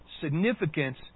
significance